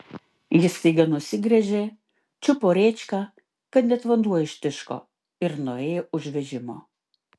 ji staiga nusigręžė čiupo rėčką kad net vanduo ištiško ir nuėjo už vežimo